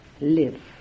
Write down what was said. live